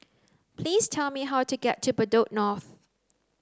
please tell me how to get to Bedok North